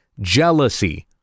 jealousy